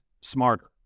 Smarter